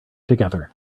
together